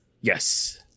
Yes